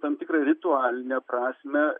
tam tikrą ritualinę prasmę